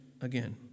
again